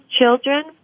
children